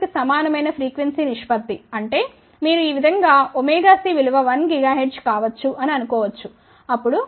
2 కి సమానమైన ఫ్రీక్వెన్సీ నిష్పత్తి అంటే మీరు ఈ విధం గా cవిలువ1 GHz కావచ్చు అని అనుకో వచ్చు అప్పుడు ఇది 2 GHz అయితే ఇది 1